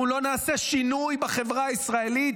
אנחנו לא נעשה שינוי בחברה הישראלית,